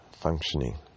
functioning